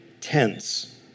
tense